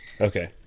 Okay